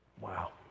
Wow